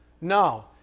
No